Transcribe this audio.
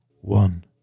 one